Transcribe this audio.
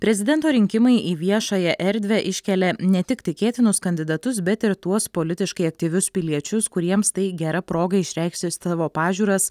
prezidento rinkimai į viešąją erdvę iškelia ne tik tikėtinus kandidatus bet ir tuos politiškai aktyvius piliečius kuriems tai gera proga išreikšti savo pažiūras